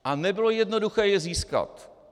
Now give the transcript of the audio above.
A nebylo jednoduché je získat.